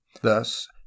Thus